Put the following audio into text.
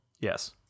Yes